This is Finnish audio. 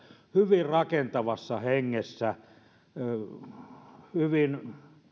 hyvin rakentavassa hengessä ja hyvin